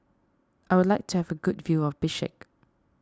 I would like to have a good view of Bishkek